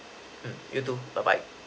mm you too bye bye